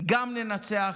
גם ננצח,